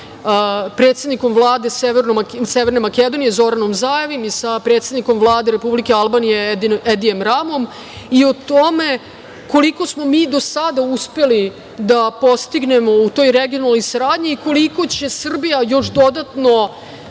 predsednikom Vlade Severne Makedonije Zoranom Zajevim i sa predsednikom Vlade Republike Albanije Edijem Ramom i o tome koliko smo mi do sada uspeli da postignemo u toj regionalnoj saradnji i koliko će Srbija još dodatno